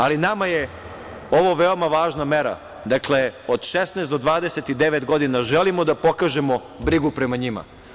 Ali nama je ovo veoma važna mera, dakle, od 16 do 29 godina, želimo da pokažemo brigu prema njima.